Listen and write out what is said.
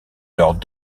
leurs